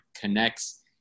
connects